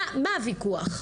מה הוויכוח?